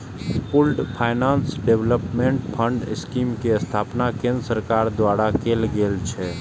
pooled finance development fund scheme के स्थापना केंद्र सरकार द्वारा कैल गेल छै